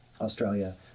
Australia